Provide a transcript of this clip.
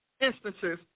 instances